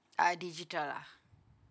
uh digital lah